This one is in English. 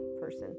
person